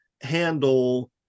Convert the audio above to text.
handle